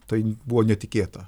tai buvo netikėta